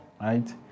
right